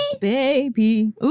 baby